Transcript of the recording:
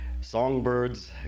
Songbirds